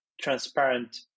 transparent